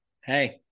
hey